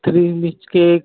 three B H K